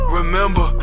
Remember